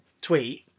tweet